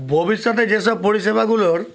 ভবিষ্যতে যেসব পরিষেবাগুলোর